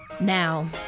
now